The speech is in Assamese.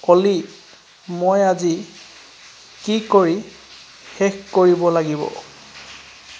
অ'লি মই আজি কি কৰি শেষ কৰিব লাগিব